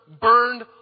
burned